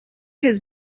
his